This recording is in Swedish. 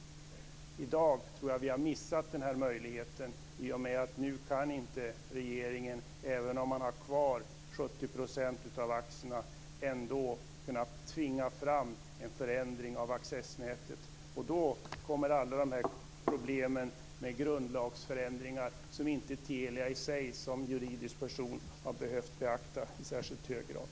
I dag tror jag att vi har missat den möjligheten. Nu kan regeringen nämligen inte, även om man har kvar 70 % av aktierna, tvinga fram en förändring av accessnätet. Då kommer alla de här problemen med grundlagsförändringar som Telia i sig som juridisk person inte har behövt beakta i särskilt hög grad.